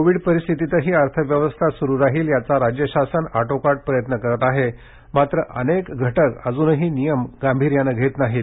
Covid परिस्थितीतही अर्थव्यवस्था सुरु राहील याचा राज्य शासन आटोकाट प्रयत्न करत आहे मात्र अनेक घटक अजूनही नियम गांभीर्याने घेत नाहीत